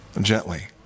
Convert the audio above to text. Gently